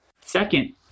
second